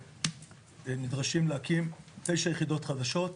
נדרשים להקים תשע יחידות חדשות.